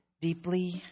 deeply